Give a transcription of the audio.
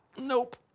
Nope